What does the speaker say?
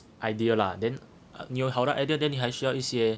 idea lah then 你有好的 idea then 你还需要一些